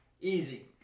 easy